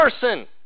person